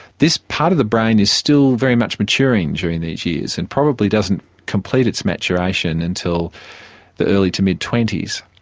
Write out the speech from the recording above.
this part of the brain is still very much maturing during these years and probably doesn't complete its maturation until early to mid twenty s.